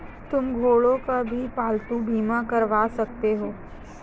तुम घोड़ों का भी पालतू बीमा करवा सकते हो